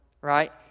Right